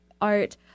art